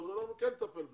אז אנחנו כן נטפל בזה.